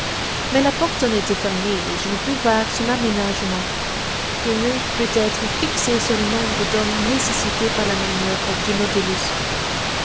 mais la porte en était fermée et je ne pus voir son aménagement qui m'eût peut-être fixé sur le nombre d'hommes nécessité par la manoeuvre du nautilus